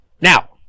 Now